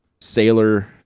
Sailor